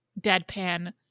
deadpan